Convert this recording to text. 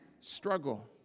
struggle